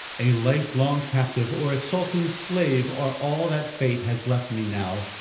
a life-long captive, or a sultan's slave are all that fate has left me now.